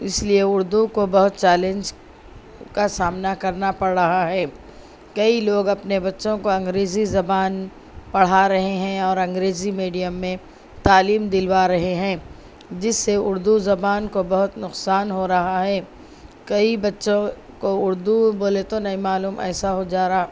اس لیے اردو کو بہت چیلنج کا سامنا کرنا پڑ رہا ہے کئی لوگ اپنے بچوں کو انگریزی زبان پڑھا رہے ہیں اور انگریزی میڈیم میں تعلیم دلوا رہے ہیں جس سے اردو زبان کو بہت نقصان ہو رہا ہے کئی بچّوں کو اردو بولے تو نہیں معلوم ایسا ہو جا رہا